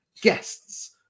guests